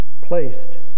placed